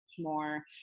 More